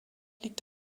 liegt